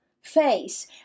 face